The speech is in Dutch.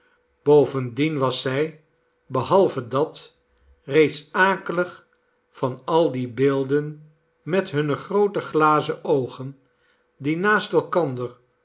bovendien was zij behalve dat reeds akelig van al die beelden met hunne groote glazige oogen die naast elkander